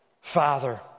Father